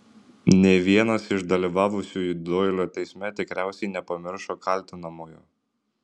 nė vienas iš dalyvavusiųjų doilio teisme tikriausiai nepamiršo kaltinamojo